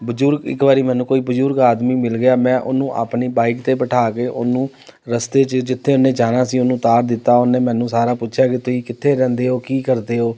ਬਜ਼ੁਰਗ ਇੱਕ ਵਾਰੀ ਮੈਨੂੰ ਕੋਈ ਬਜ਼ੁਰਗ ਆਦਮੀ ਮਿਲ ਗਿਆ ਮੈਂ ਉਹਨੂੰ ਆਪਣੀ ਬਾਈਕ 'ਤੇ ਬਿਠਾ ਕੇ ਉਹਨੂੰ ਰਸਤੇ 'ਚ ਜਿੱਥੇ ਉਹਨੇ ਜਾਣਾ ਸੀ ਉਹਨੂੰ ਉਤਾਰ ਦਿੱਤਾ ਉਹਨੇ ਮੈਨੂੰ ਸਾਰਾ ਪੁੱਛਿਆ ਕਿ ਤੁਸੀਂ ਕਿੱਥੇ ਰਹਿੰਦੇ ਹੋ ਕੀ ਕਰਦੇ ਹੋ